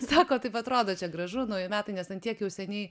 sako taip atrodo čia gražu nauji metai nes ant tiek jau seniai